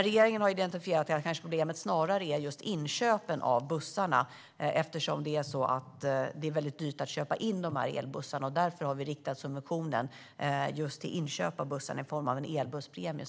Regeringen har identifierat att problemet snarare är inköpen av bussarna. Eftersom det är väldigt dyrt att köpa in elbussarna har vi riktat subventionen just till inköp av bussarna i form av en elbusspremie.